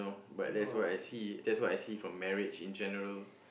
but that's what I see that's what I see from marriage in general